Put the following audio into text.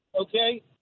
okay